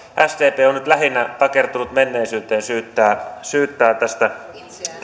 sdp on nyt lähinnä takertunut menneisyyteen syyttää syyttää tästä